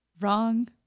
wrong